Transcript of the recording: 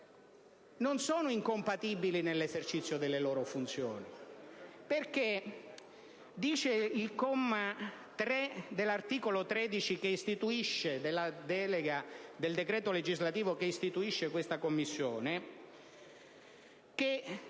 non sono incompatibili nell'esercizio delle loro funzioni? Dice infatti il comma 3 dell'articolo 13 del decreto legislativo che istituisce questa Commissione che